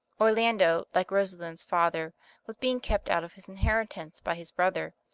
orlando, like rosalind's father, was beinor kept out of his inheri tance by his brother,